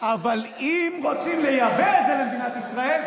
אבל אם רוצים לייבא את זה למדינת ישראל,